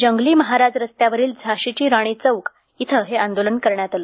जंगली महाराज रस्त्यावरील झाशीची राणी चौक इथं हे आंदोलन करण्यात आले